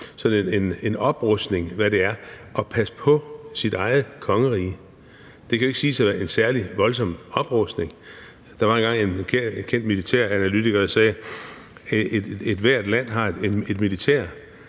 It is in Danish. i forhold til hvad det er at passe på sit eget kongerige. Det kan ikke siges at være en særlig voldsom oprustning. Der var en gang en kendt militæranalytiker, der sagde: Ethvert land har et militær,